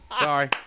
Sorry